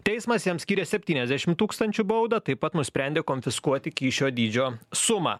teismas jam skyrė septyniasdešim tūkstančių baudą taip pat nusprendė konfiskuoti kyšio dydžio sumą